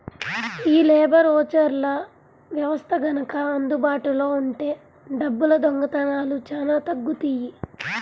యీ లేబర్ ఓచర్ల వ్యవస్థ గనక అందుబాటులో ఉంటే డబ్బుల దొంగతనాలు చానా తగ్గుతియ్యి